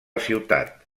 ciutat